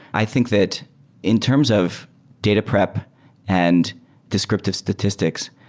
i think that in terms of data prep and descriptive statistics,